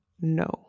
No